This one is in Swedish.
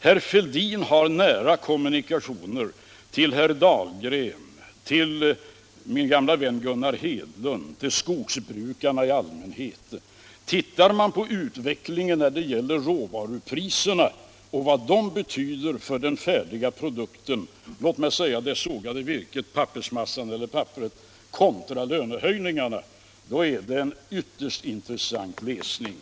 Herr Fälldin har ju nära kommunikationer till herr Dahlgren, till min gamle vän Gunnar Hedlund och till skogsbrukarna i allmänhet. Ser man på utvecklingen av råvarupriserna och vad de betyder för den färdiga produkten — låt mig säga det sågade virket, pappersmassan eller papperet — kontra lönehöjningarna, är det en ytterst intressant läsning.